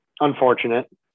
unfortunate